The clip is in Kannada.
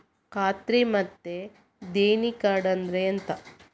ಖಾತ್ರಿ ಮತ್ತೆ ದೇಣಿ ಕಾರ್ಡ್ ಅಂದ್ರೆ ಎಂತ?